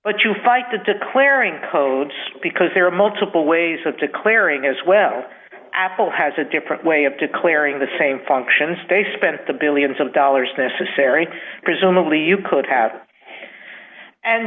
but you fight the declaring code just because there are multiple ways of declaring as well apple has a different way of declaring the same function stay spent the billions of dollars to seri presumably you could have and